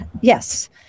yes